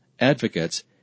advocates